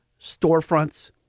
storefronts